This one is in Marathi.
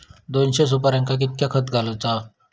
दोनशे सुपार्यांका कितक्या खत घालूचा?